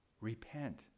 repent